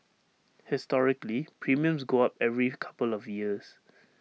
historically premiums go up every couple of years